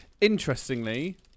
Interestingly